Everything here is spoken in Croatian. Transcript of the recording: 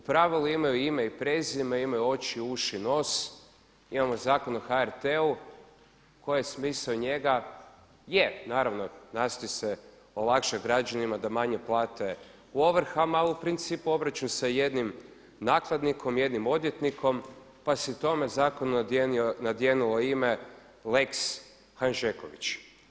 U pravilu imaju ime i prezime, imaju oči, uši i nos, imamo Zakon o HRT-u, koji je smisao njega, je, naravno nastoji se olakšat građanima da manje plate u ovrhama ali u principu obračun sa jednim nakladnikom, jednim odvjetnikom, pa se tome zakonu nadjenulo ime lex Handžeković.